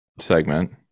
segment